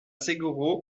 seguro